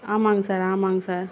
ஆமாங்க சார் ஆமாங்க சார்